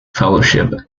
fellowship